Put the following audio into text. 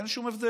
אין שום הבדל.